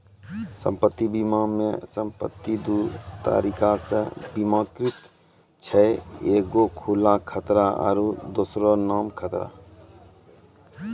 सम्पति बीमा मे सम्पति दु तरिका से बीमाकृत छै एगो खुला खतरा आरु दोसरो नाम खतरा